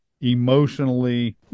emotionally